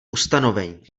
ustanovení